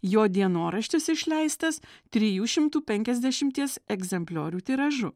jo dienoraštis išleistas trijų šimtų penkiasdešimties egzempliorių tiražu